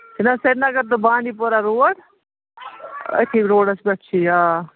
نہ Srinagar to Bandipora road أتھی روڈَس پٮ۪ٹھ چھِ یا آ